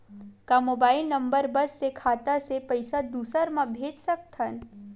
का mobile number बस से खाता से पईसा दूसरा मा भेज सकथन?